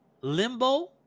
Limbo